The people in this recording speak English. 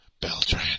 Beltran